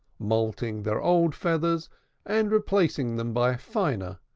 moulting their old feathers and replacing them by finer,